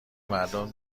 بمردم